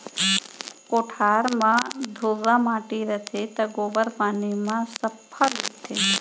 कोठार म धुर्रा माटी रथे त गोबर पानी म सफ्फा लीपथें